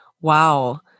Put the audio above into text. Wow